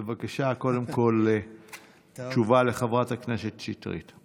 בבקשה, קודם כול תשובה לחברת הכנסת שטרית.